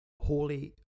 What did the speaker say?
Holy